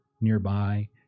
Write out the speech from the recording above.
nearby